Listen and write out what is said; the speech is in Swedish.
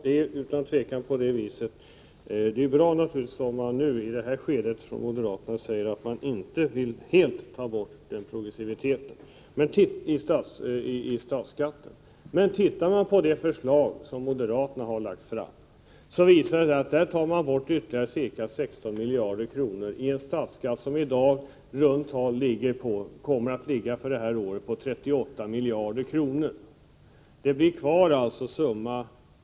Herr talman! Det är naturligtvis bra om moderaterna i detta skede säger att de inte helt vill ta bort progressiviteten i statsskatten. Men tittar vi på det förslag som moderaterna har lagt fram finner vi att de tar bort ytterligare ca 16 miljarder kronor av statsskatten, som i år kommer att ligga på 38 miljarder kronor. Det blir alltså kvar 22 miljarder.